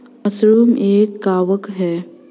mushroom एक कवक है